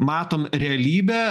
matom realybę